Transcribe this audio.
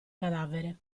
cadavere